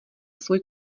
svůj